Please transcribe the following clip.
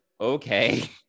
okay